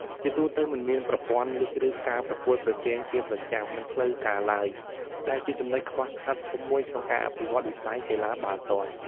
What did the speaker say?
ជាទូទៅ មិនមានប្រព័ន្ធលីគ ឬការប្រកួតប្រជែងជាប្រចាំ និងផ្លូវការឡើយ ដែលជាចំណុចខ្វះខាតធំមួយក្នុងការអភិវឌ្ឍន៍វិស័យកីឡាបាល់ទាត់។